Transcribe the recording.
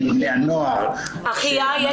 אני